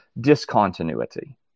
discontinuity